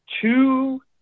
two